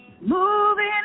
moving